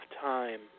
time